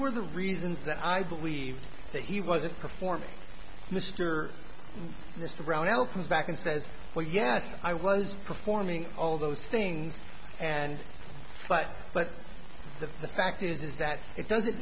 were the reasons that i believe that he wasn't performing mr mr brownell comes back and says well yes i was performing all those things and but but the fact is that it doesn't